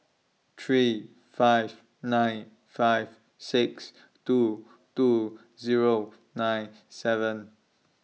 three five nine five six two two Zero nine seven